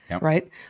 Right